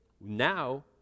now